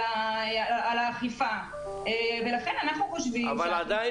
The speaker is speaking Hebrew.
אנחנו חושבים --- עדיין,